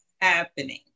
happening